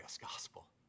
gospel